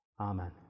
amen